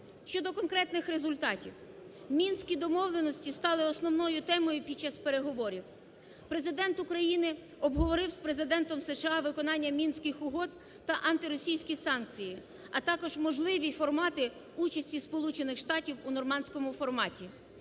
Щодо конкретних результатів. Мінські домовленості стали основною темою під час переговорів. Президент України обговорив з Президентом США виконання Мінських угод та антиросійські санкції, а також можливі формати участі Сполучених Штатів у "нормандському форматі".